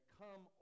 come